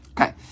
Okay